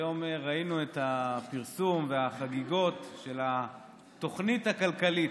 היום ראינו את הפרסום והחגיגות של התוכנית הכלכלית.